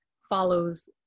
follows